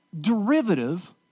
derivative